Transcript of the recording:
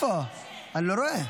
לא, לא, אני מוותרת.